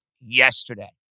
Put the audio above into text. yesterday